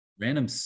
Random